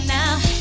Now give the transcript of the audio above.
now